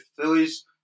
Phillies